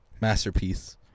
Masterpiece